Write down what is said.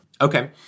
Okay